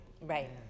Right